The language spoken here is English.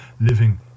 living